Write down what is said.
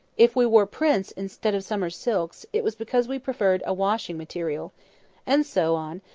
if we wore prints, instead of summer silks, it was because we preferred a washing material and so on,